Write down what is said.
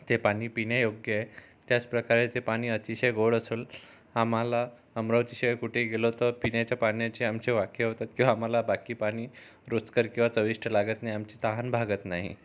ते पाणी पिण्यायोग्य हाय त्याचप्रकारे ते पाणी अतिशय गोड असून आम्हाला अमरावतीशिवाय कुठंही गेलो तर पिण्याच्या पाण्याची आमचे वाख्या होतात किंवा आम्हाला बाकी पाणी रुचकर किंवा चविष्ट लागत नाही आमची तहान भागत नाही